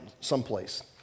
someplace